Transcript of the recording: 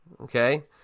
Okay